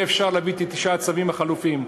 יהיה אפשר להביא את תשעת הצווים החלופיים.